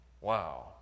wow